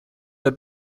der